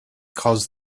caused